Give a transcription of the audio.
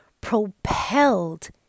propelled